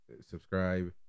subscribe